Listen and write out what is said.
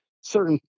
certain